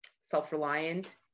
self-reliant